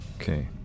Okay